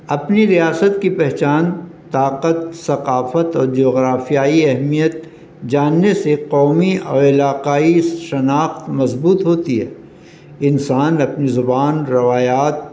اپنی ریاست کی پہچان طاقت ثقافت اور جغرافیائی اہمیت جاننے سے قومی اور علاقائی شناخت مضبوط ہوتی ہے انسان اپنی زبان روایات